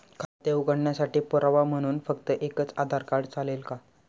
खाते उघडण्यासाठी पुरावा म्हणून फक्त एकच आधार कार्ड चालेल का?